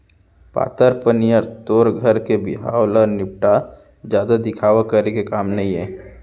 पातर पनियर तोर घर के बिहाव ल निपटा, जादा दिखावा करे के काम नइये